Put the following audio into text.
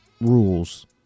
rules